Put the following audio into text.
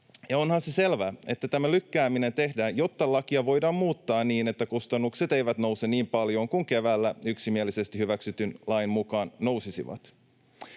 Onhan se selvää, että tämä lykkääminen tehdään, jotta lakia voidaan muuttaa niin, että kustannukset eivät nouse niin paljon kuin keväällä yksimielisesti hyväksytyn lain mukaan nousisivat.